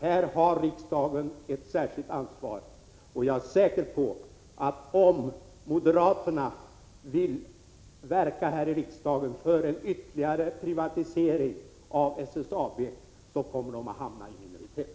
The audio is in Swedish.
Här har riksdagen ett särskilt ansvar. Jag är säker på att om moderaterna vill verka här i riksdagen för en ytterligare privatisering av SSAB kommer de att hamna i minoritet.